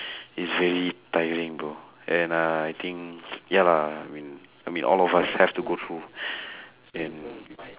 it's very tiring bro and uh I think ya lah I mean I mean all of us have to go through and